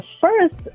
first